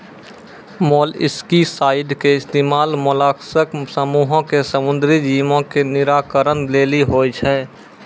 molluscicide के इस्तेमाल mollusc समूहो के समुद्री जीवो के निराकरण लेली होय छै